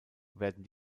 werden